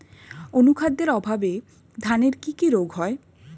অনুখাদ্যের অভাবে ধানের কি কি রোগ হয়?